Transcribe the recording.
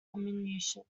ammunition